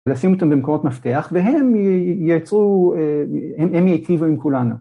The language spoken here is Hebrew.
‫ולשים אותם במקומות מפתח, ‫והם ייצרו, הם ייטיבו עם כולנו.